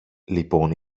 λοιπόν